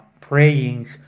praying